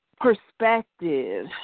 perspective